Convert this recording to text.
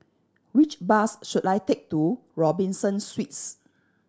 which bus should I take to Robinson Suites